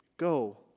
Go